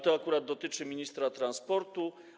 To akurat dotyczy ministra transportu.